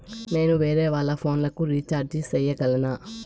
నేను వేరేవాళ్ల ఫోను లకు రీచార్జి సేయగలనా?